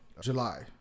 July